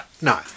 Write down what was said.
No